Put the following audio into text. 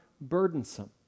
burdensome